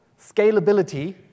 scalability